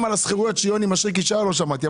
גם על השכירויות שיוני מישרקי שאל לא שמעתי.